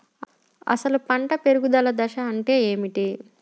అసలు పంట పెరుగుదల దశ అంటే ఏమిటి?